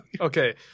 Okay